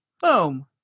boom